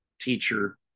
teacher